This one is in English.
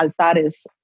altares